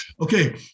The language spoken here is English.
Okay